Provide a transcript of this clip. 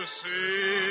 see